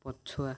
ପଛୁଆ